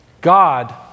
God